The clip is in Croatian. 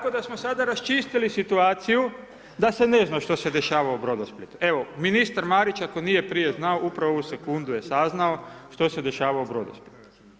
Tako da smo sada raščistili situaciju da se ne zna što se dešava u Brodosplitu, evo ministar Marić ako nije prije znao, upravo je u ovu sekundu saznao što se dešava u Brodosplitu.